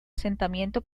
asentamiento